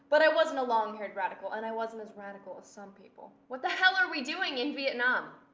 but i wasn't a long-haired radical, and i wasn't as radical as some people. what the hell are we doing in vietnam?